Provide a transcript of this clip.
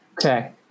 Okay